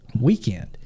weekend